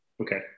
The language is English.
Okay